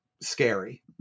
scary